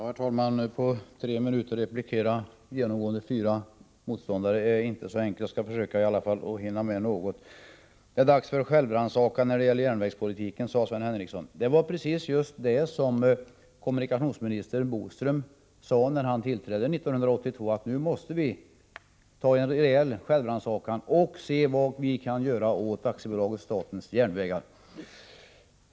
Herr talman! Att på tre minuter replikera mot fyra meningsmotståndare är inte så enkelt, men jag skall i alla fall försöka hinna med något. Det är dags för självrannsakan när det gäller järnvägspolitiken, sade Sven Henricsson. Det var precis det som kommunikationsminister Boström sade när han tillträdde 1982. Han framhöll att riksdagen måste genomföra en rejäl självrannsakan och komma fram till vad vi kan göra åt företaget statens järnvägar.